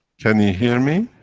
can you hear me?